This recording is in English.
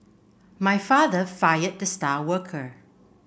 my father fired the star worker